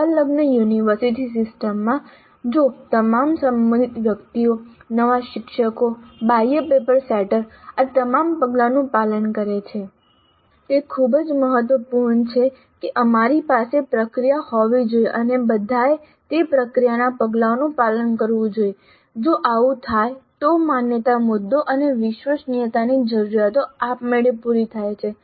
સંલગ્ન યુનિવર્સિટી સિસ્ટમમાં જો તમામ સંબંધિત વ્યક્તિઓ નવા શિક્ષકો બાહ્ય પેપર સેટર આ તમામ પગલાઓનું પાલન કરે છે તે ખૂબ જ મહત્વપૂર્ણ છે કે અમારી પાસે પ્રક્રિયા હોવી જોઈએ અને બધાએ તે પ્રક્રિયાના પગલાંઓનું પાલન કરવું જોઈએ જો આવું થાય તો માન્યતા મુદ્દો અને વિશ્વસનીયતાની જરૂરિયાતો આપમેળે પૂરી થાય છે